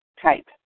type